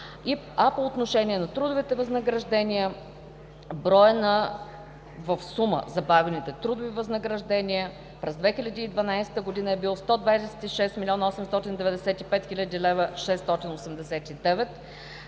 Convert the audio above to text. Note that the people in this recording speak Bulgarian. По отношение на трудовите възнаграждения броят в сума на забавените трудови възнаграждения през 2012 г. е бил 126 млн. 895 хил. 689 лв.,